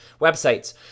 websites